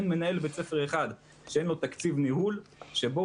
אין מנהל בית ספר אחד שאין לו תקציב ניהול שבו